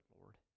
lord